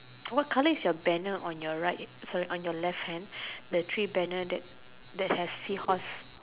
what colour is your banner on your right sorry on your left hand the three banner that that has seahorse